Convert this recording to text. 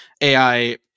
AI